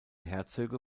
herzöge